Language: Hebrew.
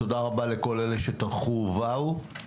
תודה רבה לכל אלה שטרחו ובאו.